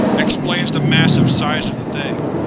explains the massive size of the thing.